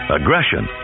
Aggression